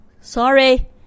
sorry